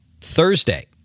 Thursday